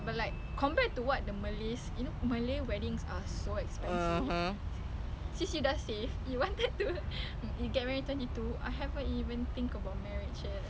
do you have a boyfriend oh my god seriously what happen